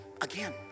Again